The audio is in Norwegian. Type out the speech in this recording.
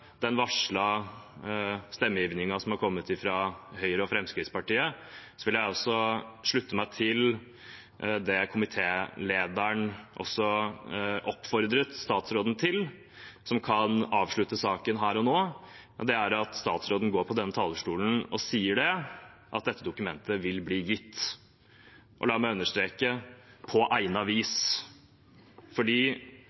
den varslede stemmegivningen som er kommet fra Høyre og Fremskrittspartiet – slutte meg til det komitélederen også oppfordret statsråden til, og som kan avslutte saken her og nå. Det er at statsråden går på denne talerstolen og sier at dette dokumentet vil bli gitt – og la meg understreke: på